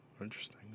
interesting